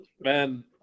man